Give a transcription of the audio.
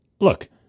look